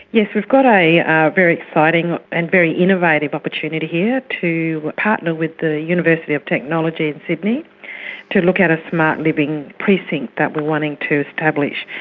yes, we've got a very exciting and very innovative opportunity here to partner with the university of technology in sydney to look at a smart-living precinct that we are wanting to establish,